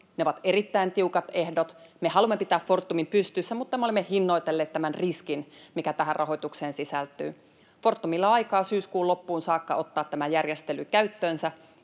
Ne ovat erittäin tiukat ehdot. Me haluamme pitää Fortumin pystyssä, mutta me olemme hinnoitelleet tämän riskin, mikä tähän rahoitukseen sisältyy. Fortumilla on aikaa syyskuun loppuun saakka ottaa tämä järjestely käyttöönsä.